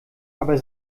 aber